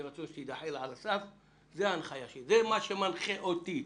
יהי רצון שהיא תידחה על הסף - זה מה שמנחה אותי,